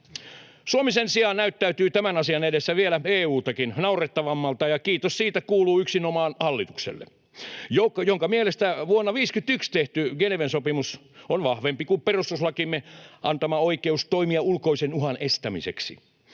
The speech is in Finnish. Suomi sen sijaan näyttäytyy tämän asian edessä vielä EU:takin naurettavampana, ja kiitos siitä kuuluu yksinomaan hallitukselle, jonka mielestä vuonna 51 tehty Geneven sopimus on vahvempi kuin perustuslakimme antama oikeus toimia ulkoisen uhan estämiseksi.